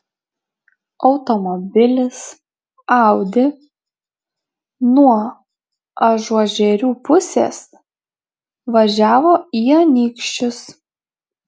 automobilis audi nuo ažuožerių pusės važiavo į anykščius